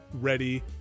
ready